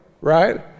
right